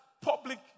public